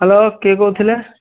hello କିଏ କହୁଥିଲେ